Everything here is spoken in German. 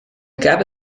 gab